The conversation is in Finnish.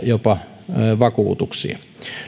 jopa vakuutuksia